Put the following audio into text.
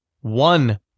One